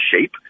shape